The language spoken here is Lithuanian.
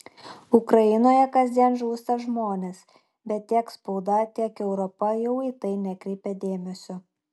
ukrainoje kasdien žūsta žmonės bet tiek spauda tiek europa jau į tai nekreipia dėmesio